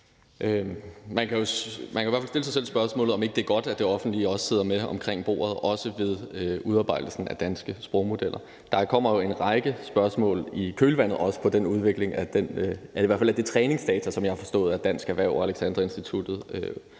Man kan jo i hvert fald stille sig selv spørgsmålet om, om ikke det er godt, at det offentlige også sidder med omkring bordet, også ved udarbejdelsen af danske sprogmodeller. Der kommer i hvert fald også en række spørgsmål i kølvandet på den udvikling af det træningsdata, som jeg kan forstå at Dansk Erhverv og Alexandra Instituttet